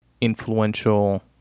influential